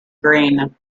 green